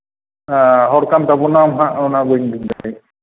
ᱦᱚᱲ ᱠᱟᱱ ᱛᱟᱵᱚᱱᱟᱢ ᱦᱟᱸᱜ ᱚᱱᱟ ᱵᱟᱹᱧ ᱵᱩᱡᱽ ᱫᱟᱲᱮᱭᱟᱜ ᱠᱟᱱᱟ